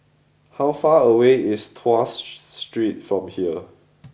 how far away is Tuas Street from here